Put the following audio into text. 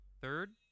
third